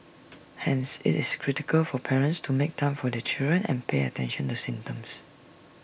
hence IT is critical for parents to make time for their children and pay attention to symptoms